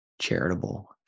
charitable